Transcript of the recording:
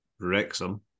Wrexham